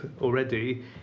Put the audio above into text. already